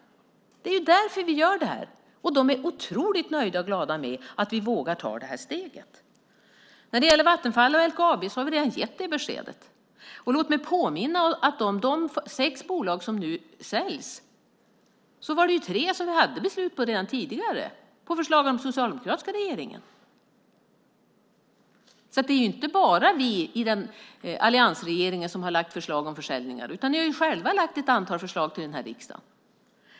Det är därför som vi gör detta. De är otroligt nöjda och glada över att vi vågar ta detta steg. När det gäller Vattenfall och LKAB har vi redan gett det beskedet. Låt mig påminna om att av de sex bolag som nu säljs var det tre bolag som vi hade fattat beslut om redan tidigare på förslag av den socialdemokratiska regeringen. Det är alltså inte bara vi i alliansregeringen som har lagt fram förslag om försäljningar, utan ni har själva lagt fram ett antal förslag till den här riksdagen.